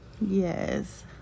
yes